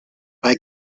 bei